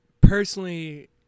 Personally